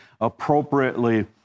appropriately